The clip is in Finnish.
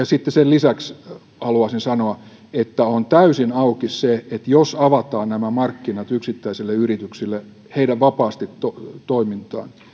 sitten sen lisäksi haluaisin sanoa että on täysin auki se että jos avataan markkinat yksittäisille yrityksille vapaaseen toimintaan